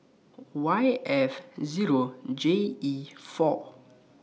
Y F Zero J E four